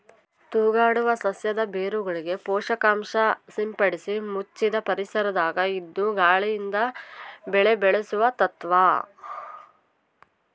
ತೂಗಾಡುವ ಸಸ್ಯದ ಬೇರುಗಳಿಗೆ ಪೋಷಕಾಂಶ ಸಿಂಪಡಿಸಿ ಮುಚ್ಚಿದ ಪರಿಸರದಾಗ ಇದ್ದು ಗಾಳಿಯಿಂದ ಬೆಳೆ ಬೆಳೆಸುವ ತತ್ವ